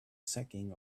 sacking